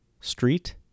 street